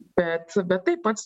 bet bet taip pats